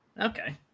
Okay